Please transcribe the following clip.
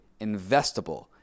investable